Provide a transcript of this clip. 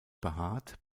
behaart